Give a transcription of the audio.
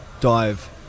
dive